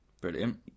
brilliant